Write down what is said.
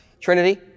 Trinity